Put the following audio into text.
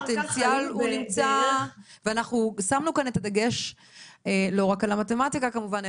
הפוטנציאל הוא נמצא ואנחנו שמנו כאן את הדגש לא רק על המתמטיקה כמובן,